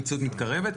המציאות מתקרבת.